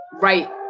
right